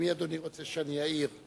למי אדוני רוצה שאני אעיר?